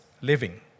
living